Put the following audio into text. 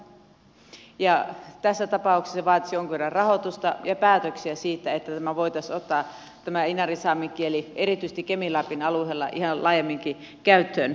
tässä tapauksessa se vaatisi jonkun verran rahoitusta ja päätöksiä siitä että tämä inarinsaamen kieli voitaisiin ottaa erityisesti kemin lapin alueella ihan laajemminkin käyttöön